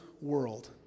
world